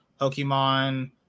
Pokemon